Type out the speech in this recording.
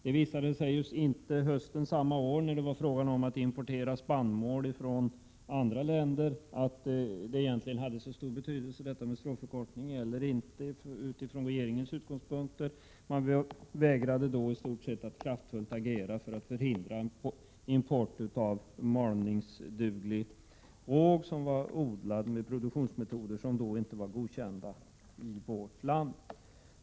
Det visade sig emellertid på hösten samma år, när det var fråga om att importera spannmål från andra länder, att det egentligen inte hade så stor betydelse. Regeringen vägrade då i stort sett att kraftfullt agera för att förhindra en import av malningsduglig råg, som var odlad med produktionsmetoder som då inte var godkända i vårt land.